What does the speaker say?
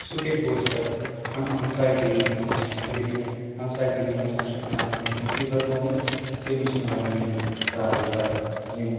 سُہ کَتہِ بوزِ پَتہٕ ہمسایہِ گٔری منٛز مہ چھِ کیٚنٛہہ دٔلیٖل ہمسایہِ گٔری منٛز مہ چھُ کیٚنٛہہ کٲنٛسہِ مُصیٖبت آمُت تٔمِس چھنہٕ لَگان یِم کارٕے پَتہ یِم